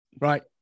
Right